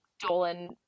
Dolan